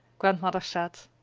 grandmother said,